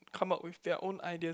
come out with their own ideas